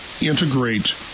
integrate